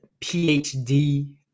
PhD